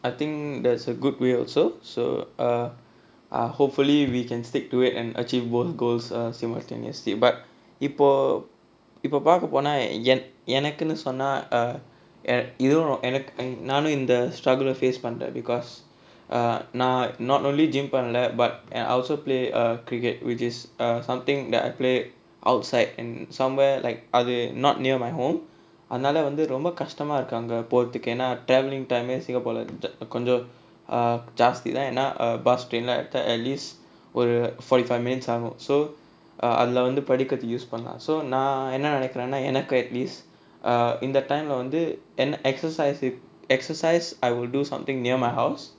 I think that's a good way also so err err hopefully we can stick to it and achieve both goals err simultaneously but இப்போ இப்போ பாக்க போனா என் எனக்குனு சொன்னா:ippo ippo paakka ponaa en enakkunu sonnaa you know நானும் இந்த:naanum intha struggles face பண்றேன்:pandraen by that because err no- not only gym பண்ணல:pannala but I also play a cricket which is err something that I play outside and somewhere like err they not near my home அதுனால வந்து ரொம்ப கஷ்டமா இருக்கு அங்க போறதுக்கு ஏனா:athunaala vanthu romba kashtamaa irukku anga porathukku yaenaa travelling time singapore leh கொஞ்ச ஜாஸ்திதான் ஏன்னா:konja jaasthithaan yaenaa bus train எல்லா எடுத்தா:ellaa eduthaa at least ஒரு:oru forty five minutes ஆகும்:aagum so அதுல வந்து படிக்கட்டும்:athula vanthu padikkattum use பண்ணா:pannaa so நா என்ன நினைக்கிரேனா எனக்கு:naa enna ninnaikkiraenaa enakku at least இந்த:intha time leh வந்து என்ன:vanthu enna exercise exercise I will do something near my house